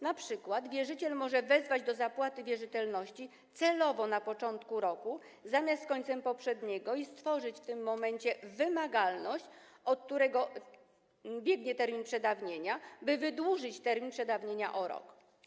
Na przykład wierzyciel może wezwać do zapłaty wierzytelności celowo na początku roku zamiast z końcem poprzedniego i stworzyć w tym momencie wymagalność, od której biegnie termin przedawnienia, by wydłużyć termin przedawnienia o rok.